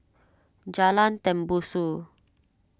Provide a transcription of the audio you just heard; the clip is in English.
Jalan Tembusu